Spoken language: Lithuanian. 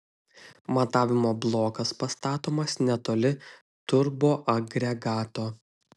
matavimo blokas pastatomas netoli turboagregato